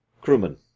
crewmen